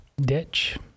Ditch